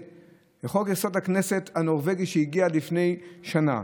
לחוק-יסוד: הכנסת, הנורבגי, שהגיע לפני שנה,